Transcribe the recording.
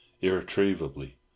irretrievably